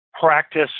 practice